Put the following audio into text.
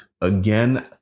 again